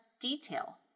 detail